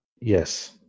Yes